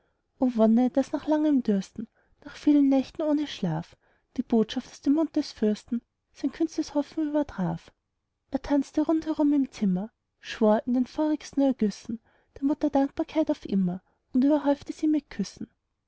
wonne daß nach langem dürsten nach vielen nächten ohne schlaf die botschaft aus dem mund des fürsten sein kühnstes hoffen übertraf er tanzte rund herum im zimmer schwor in den feurigsten ergüssen der mutter dankbarkeit auf immer und überhäufte sie mit küssen